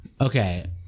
Okay